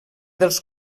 dels